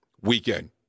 weekend